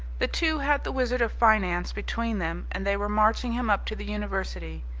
the two had the wizard of finance between them, and they were marching him up to the university.